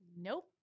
Nope